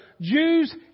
Jews